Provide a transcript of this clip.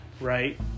Right